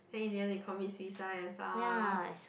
then in the end they commit suicide and stuff